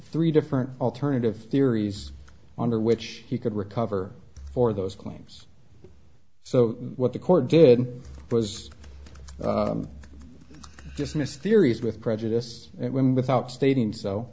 three different alternative theories under which he could recover for those claims so what the court did was just mysterious with prejudiced when without stating so